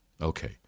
Okay